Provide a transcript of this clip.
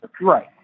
right